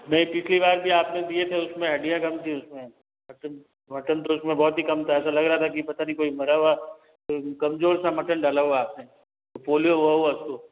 नहीं पिछली बार भी अपने दिए थे उसमें हड्डियाँ कम थी उसमें मटन तो मटन तो उसमें बहुत ही कम था ऐसा लग रहा था की पता नहीं कोई मरा हुआ कोई कमजोर सा मटन डाला हुआ है अपने पोलियो हुआ हुआ उसको